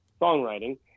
songwriting